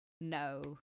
no